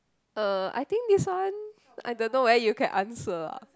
uh I think this one I don't know whether you can answer ah